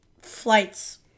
flights